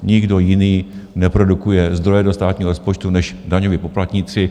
Nikdo jiný neprodukuje zdroje do státního rozpočtu než daňoví poplatníci.